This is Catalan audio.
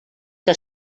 que